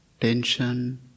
tension